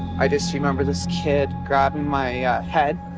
i just remember this kid grabbing my head,